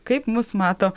kaip mus mato